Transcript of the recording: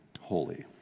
holy